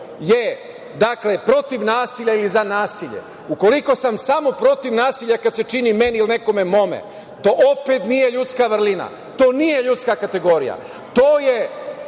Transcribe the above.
neko ko je protiv nasilja ili za nasilje. Ukoliko sam samo protiv nasilja kada se čini meni u nekome mome, to opet nije ljudska vrelina, to nije ljudska kategorija, to je